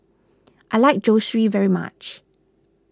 I like Zosui very much